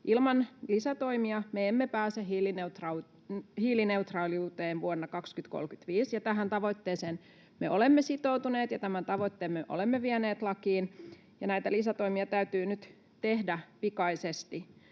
Ilman lisätoimia me emme pääse hiilineutraaliuteen vuonna 2035 ja tähän tavoitteeseen olemme sitoutuneet ja tämän tavoitteen olemme vieneet lakiin, ja näitä lisätoimia täytyy nyt tehdä pikaisesti.